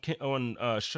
on